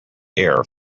air